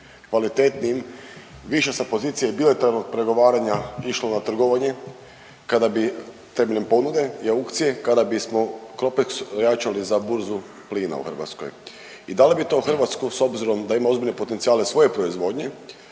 kvalitetnijim više sa pozicije bilateralnog pregovaranja išlo na trgovanje kada bi temeljem ponude i aukcije kada bismo CROPEX vraćali za burzu plina u Hrvatskoj i da li bi to Hrvatsku s obzirom da ima ozbiljne potencijale svoje proizvodnje